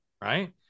right